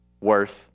worth